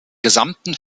gesamten